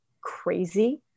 crazy